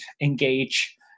engage